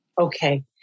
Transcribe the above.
Okay